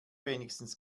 wenigstens